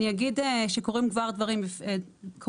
אגיד שקורים כבר דבירם יפים.